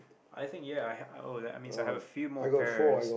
I think yeah I have uh that means I have a few more pears